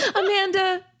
Amanda